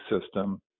system